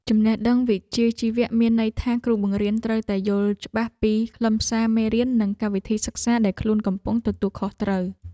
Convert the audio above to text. ចំណេះដឹងវិជ្ជាជីវៈមានន័យថាគ្រូបង្រៀនត្រូវតែយល់ច្បាស់ពីខ្លឹមសារមេរៀននិងកម្មវិធីសិក្សាដែលខ្លួនកំពុងទទួលខុសត្រូវ។